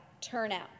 turnout